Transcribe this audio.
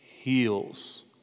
heals